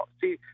See